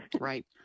Right